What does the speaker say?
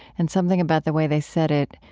and something about the way they said it,